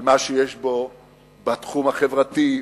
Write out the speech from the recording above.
על מה שיש בו בתחום החברתי,